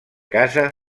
casa